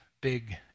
big